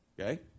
Okay